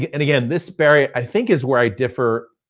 yeah and again, this barry, i think is where i differ.